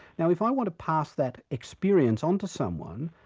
now if i want to pass that experience on to someone,